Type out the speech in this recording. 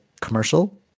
commercial